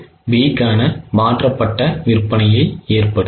அது B கான மாற்றப்பட்ட விற்பனையை ஏற்படுத்தும்